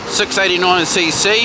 689cc